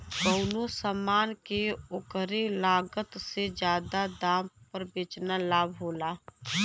कउनो समान के ओकरे लागत से जादा दाम पर बेचना लाभ होला